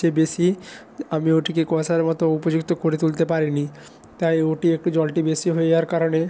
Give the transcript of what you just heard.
যে বেশি আমি ওটিকে কষার মতো উপযুক্ত করে তুলতে পারিনি তাই ওটি একটু জলটি বেশি হয়ে যাওয়ার কারণে